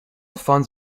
funds